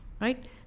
right